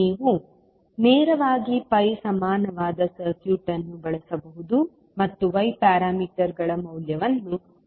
ನೀವು ನೇರವಾಗಿ pi ಸಮಾನವಾದ ಸರ್ಕ್ಯೂಟ್ ಅನ್ನು ಬಳಸಬಹುದು ಮತ್ತು y ಪ್ಯಾರಾಮೀಟರ್ಗಳ ಮೌಲ್ಯವನ್ನು ಕಂಡುಹಿಡಿಯಬಹುದು